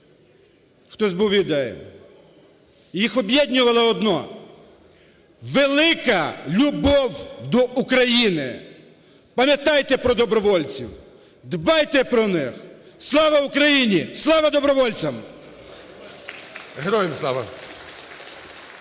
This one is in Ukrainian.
хтось був іудеєм. Їх об'єднувало одне – велика любов до України. Пам'ятайте про добровольців, дбайте про них. Слава Україні! Слава добровольцям! Веде засідання